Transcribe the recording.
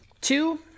two